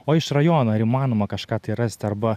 o iš rajono ar įmanoma kažką rasti arba